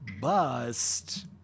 bust